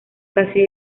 casi